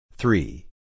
Three